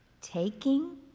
Taking